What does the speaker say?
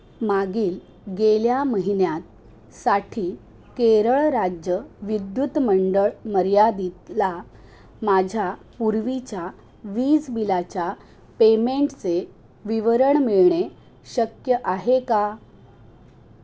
मागील गेल्या महिन्यात साठी केरळ राज्य विद्युत मंडळ मर्यादीतला माझ्या पूर्वीच्या वीज बिलाच्या पेमेंटचे विवरण मिळणे शक्य आहे का